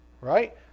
Right